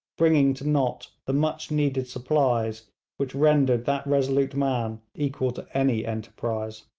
bringing to nott the much needed supplies which rendered that resolute man equal to any enterprise.